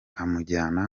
amujyana